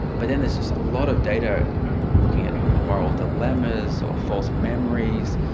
but then there's just a lot of data looking at moral dilemmas or false memories,